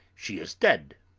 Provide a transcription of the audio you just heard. she is dead!